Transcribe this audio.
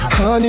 honey